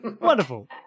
Wonderful